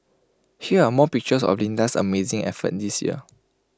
here are more pictures of Linda's amazing effort this year